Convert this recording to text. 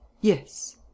Yes